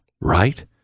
Right